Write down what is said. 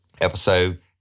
episode